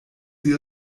sie